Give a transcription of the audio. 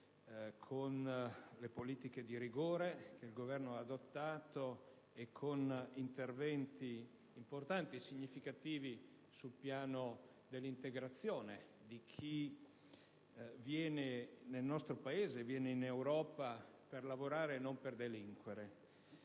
con le politiche di rigore che il Governo ha adottato e con interventi importanti e significativi sul piano dell'integrazione di chi viene nel nostro Paese, o in Europa, per lavorare e non per delinquere.